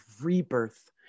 rebirth